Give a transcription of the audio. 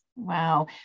Wow